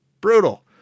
brutal